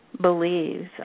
believes